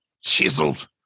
chiseled